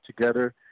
together